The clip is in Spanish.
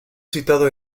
citado